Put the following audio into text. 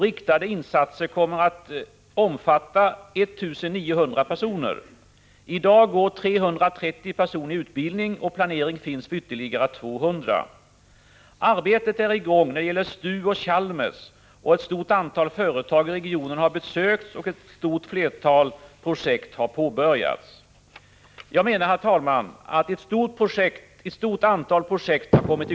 Riktade insatser kommer att omfatta 1 900 personer. I dag går 330 personer i utbildning, och planering finns för ytterligare 200. Arbetet är i gång när det gäller STU och Chalmers. Ett stort antal företag i regionen har besökts, och ett flertal projekt har påbörjats. Jag menar alltså att ett stort antal projekt har kommit i